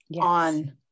on